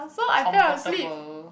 comfortable